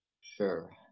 Sure